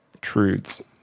truths